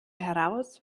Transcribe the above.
heraus